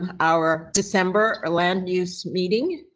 um our december or land use meeting.